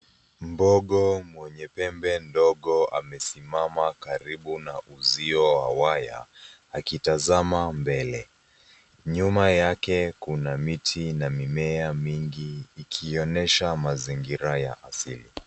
Mbogo mwenye pembe ndogo amesimama karibu na uzio wa waya ,akitazama mbele. Nyuma yake kuna miti na mimea mingi ikionyesha mazingira ya asili.